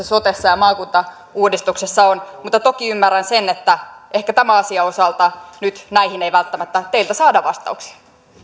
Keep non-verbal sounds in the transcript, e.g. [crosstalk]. [unintelligible] sotessa ja maakuntauudistuksessa on mutta toki ymmärrän sen että ehkä tämän asian osalta nyt näihin ei välttämättä teiltä saada vastauksia